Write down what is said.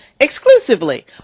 exclusively